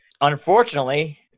unfortunately